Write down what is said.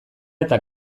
eta